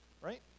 right